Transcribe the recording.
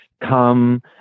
come